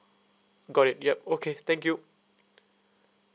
got it yup okay thank you